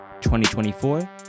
2024